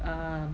um